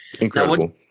Incredible